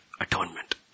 atonement